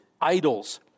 idols